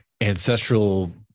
ancestral